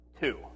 Two